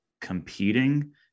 competing